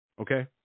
Okay